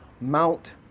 Mount